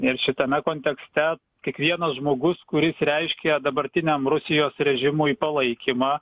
ir šitame kontekste kiekvienas žmogus kuris reiškia dabartiniam rusijos režimui palaikymą